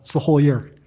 it's a whole year.